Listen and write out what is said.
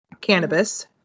cannabis